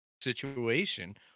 Situation